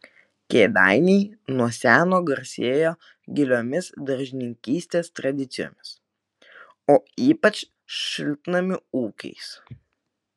kėdainiai nuo seno garsėja giliomis daržininkystės tradicijomis o ypač šiltnamių ūkiais